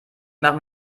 machen